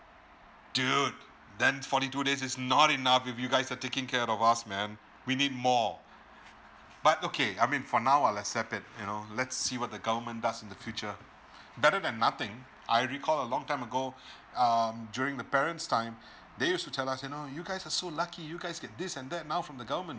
dude then forty two days is not enough if you guys are taking care of us man we need more but okay I mean for now I'll accept it you know let's see what the government does in the future better than nothing I recall a long time ago um during the parents time they used to tell us you know you guys are so lucky you guys get did this and that now from the government